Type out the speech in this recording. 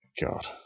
god